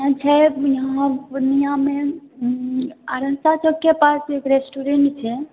छै पूर्णियामे अरन्सा चौकके पास एक रेस्टूरेंट छै